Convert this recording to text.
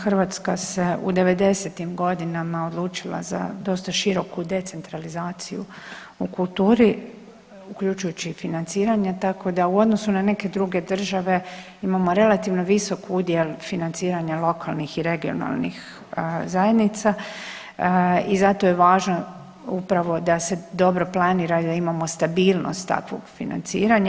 Hrvatska se u 90-tim godinama odlučila za dosta široku decentralizaciju u kulturi uključujući i financiranja, tako da u odnosu na neke druge države imamo relativno visok udjel financiranja lokalnih i regionalnih zajednica i zato je važno upravo da se dobro planira i da imamo stabilnost takvog financiranja.